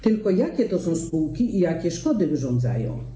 Tylko jakie to są spółki i jakie szkody wyrządzają?